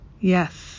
Yes